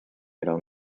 middle